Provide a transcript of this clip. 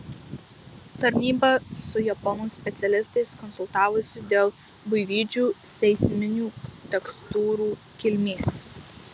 tarnyba su japonų specialistais konsultavosi dėl buivydžių seisminių tekstūrų kilmės